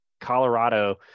Colorado